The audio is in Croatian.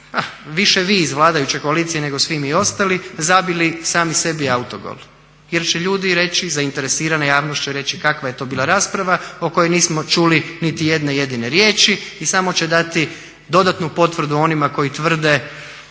više vi iz vladajuće koalicije, nego svi mi ostali zabili sami sebi autogol jer će ljudi reći, zainteresirana javnost će reći kakva je to bila rasprava o kojoj nismo čuli niti jedne jedine riječi i samo će dati dodatnu potvrdu onima koji tvrde